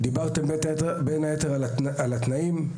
דיברתם, בין היתר, על התנאים.